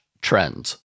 trends